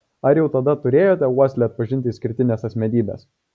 ar jau tada turėjote uoslę atpažinti išskirtines asmenybes